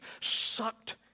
sucked